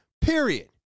period